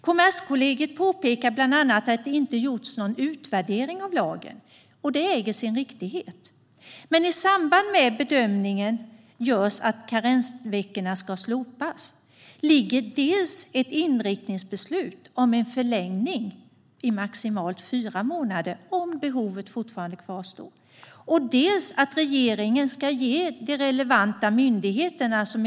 Kommerskollegiet påpekar bland annat att det inte gjorts någon utvärdering av lagen, och det äger sin riktighet. Men i samband med bedömningen att karensveckorna ska slopas ligger dels ett inriktningsbeslut om förlängning i maximalt fyra månader om behovet fortfarande kvarstår, dels att regeringen ska ge de relevanta myndigheterna i uppdrag att utvärdera bestämmelserna i lagen och se vilka effekter de har fått.